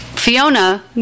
Fiona